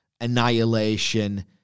annihilation